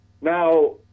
Now